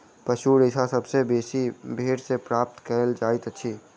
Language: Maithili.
पशु रेशा सभ सॅ बेसी भेंड़ सॅ प्राप्त कयल जाइतअछि